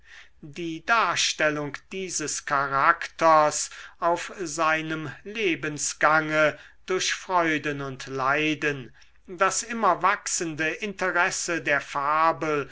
die darstellung dieses charakters auf seinem lebensgange durch freuden und leiden das immer wachsende interesse der fabel